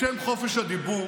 בשם חופש הדיבור